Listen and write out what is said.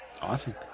Awesome